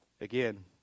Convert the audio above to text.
Again